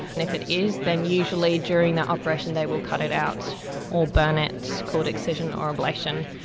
and if it is, then usually during that operation they will cut it out or burn it, called excision or ablation,